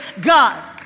God